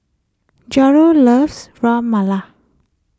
Jarod loves Ras Malai